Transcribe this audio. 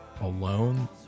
alone